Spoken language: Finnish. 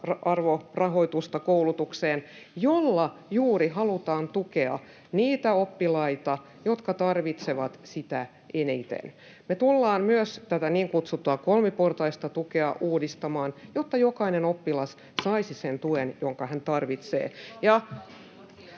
tasa-arvorahoitusta, jolla juuri halutaan tukea niitä oppilaita, jotka tarvitsevat sitä eniten. Me tullaan myös tätä niin kutsuttua kolmiportaista tukea uudistamaan, jotta jokainen oppilas saisi sen tuen, jonka hän tarvitsee.